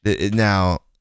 now